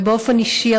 ובאופן אישי,